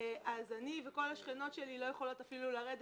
אני וכל השכנות שלי לא יכולות אפילו להוריד